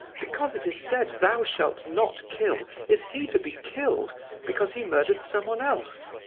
because it is said thou shalt not kill is he to be killed because he murdered some one else?